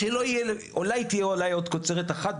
ואולי תהיה עוד קוצרת אחת,